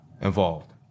involved